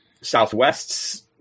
Southwest's